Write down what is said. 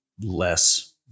less